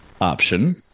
option